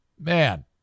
Man